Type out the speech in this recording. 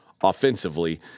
offensively